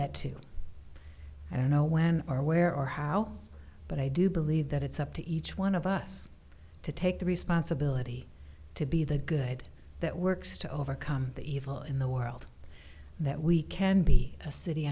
that too i don't know when or where or how but i do believe that it's up to each one of us to take the responsibility to be the good that works to overcome the evil in the world that we can be a city